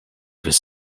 was